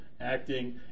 acting